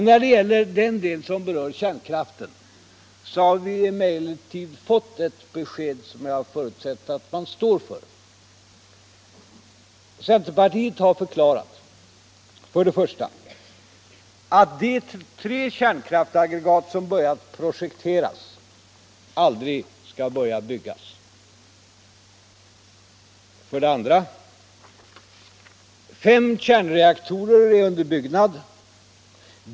När det gäller kärnkraften har vi emellertid fått ett besked som jag förutsätter att man står för. Centerpartiet har förklarat: För det första: De tre kärnkraftsaggregat som börjat projekteras skall aldrig börja byggas. För det andra: Fem kärnreaktorer är under byggnad.